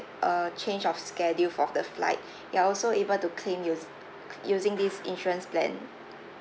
err change of schedule for f~ the flight you are also able to claim use using this insurance plan